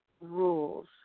rules